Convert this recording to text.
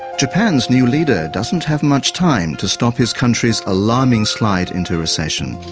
japan's new leader doesn't have much time to stop his country's alarming slide into recession